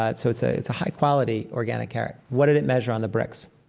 ah so it's ah it's a high-quality organic carrot. what did it measure on the brix?